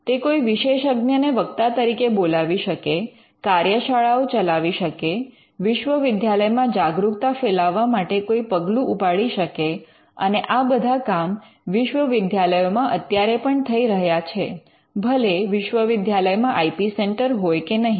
તે કોઈ વિશેષજ્ઞને વક્તા તરીકે બોલાવી શકે કાર્યશાળાઓ ચલાવી શકે વિશ્વવિદ્યાલયમાં જાગરૂકતા ફેલાવવા માટે કોઈ પગલું ઉપાડી શકે અને આ બધા કામ વિશ્વવિદ્યાલયોમાં અત્યારે પણ થઈ રહ્યા છે ભલે વિશ્વવિદ્યાલયમાં આઇ પી સેન્ટર હોય કે નહીં